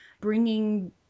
bringing